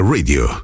Radio